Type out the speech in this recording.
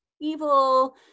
evil